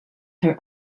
her